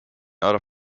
other